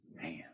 hand